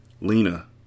Lena